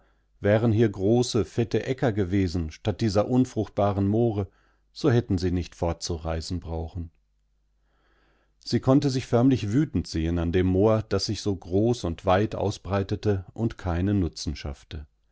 wären hier große fette äcker gewesen statt dieser unfruchtbaren moore so hättensienichtfortzureisenbrauchen sie konnte sich förmlich wütend sehen an dem moor das sich so groß und weit ausbreitete und keinen nutzen schaffte